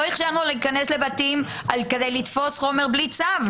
לא אפשרנו להיכנס לבתים כדי לתפוס חומר בלי צו.